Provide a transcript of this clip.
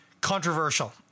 Controversial